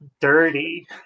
dirty